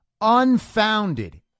unfounded